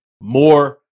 More